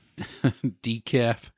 Decaf